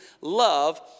love